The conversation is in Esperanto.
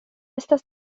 estas